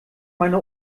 meine